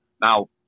Now